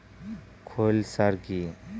খৈল সার কি?